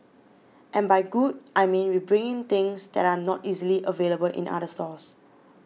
and by good I mean we bring in things that are not easily available in other stores